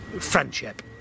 friendship